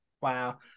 Wow